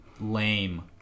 lame